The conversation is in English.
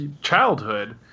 childhood